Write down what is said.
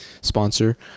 sponsor